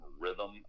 rhythm